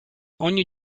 ogni